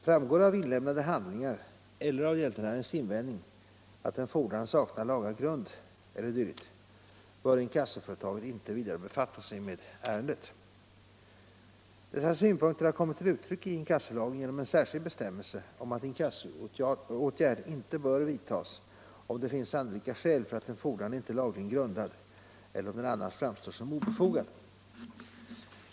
Framgår det av inlämnade handlingar eller av gäldenärens invändning att en fordran saknar laga grund e. d., bör inkassoföretaget inte vidare befatta sig med ärendet. De angivna synpunkterna har kommit till uttryck i inkassolagen genom en särskild bestämmelse om att inkassoåtgärd inte bör vidtas, om det finns sannolika skäl för att en fordran inte är lagligen grundad eller om den annars framstår som obefogad.